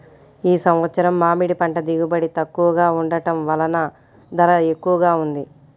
ఈ సంవత్సరం మామిడి పంట దిగుబడి తక్కువగా ఉండటం వలన ధర ఎక్కువగా ఉంది